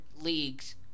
leagues